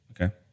Okay